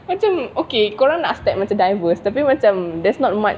macam okay kalau korang step macam diverse tapi macam there's not much